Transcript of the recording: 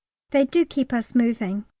they do keep us moving.